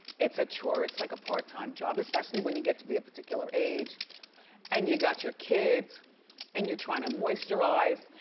it's a chore, it's like a part time job. especially, when you get to be a particular age and you got your kids and you're trying to moisturize.